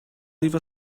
leave